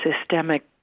systemic